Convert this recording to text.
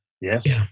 yes